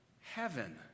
heaven